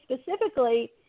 specifically